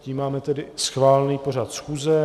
Tím máme tedy schválený pořad schůze.